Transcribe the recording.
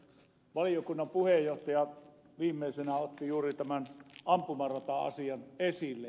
valiokunnan puheenjohtaja viimeisenä otti juuri tämän ampumarata asian esille